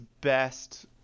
best